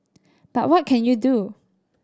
but what can you do